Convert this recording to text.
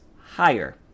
higher